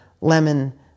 lemon